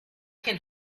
can